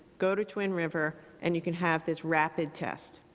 go to twin river, and you can have this rapid test.